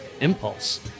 impulse